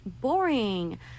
boring